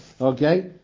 Okay